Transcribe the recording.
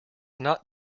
not